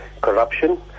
corruption